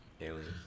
Aliens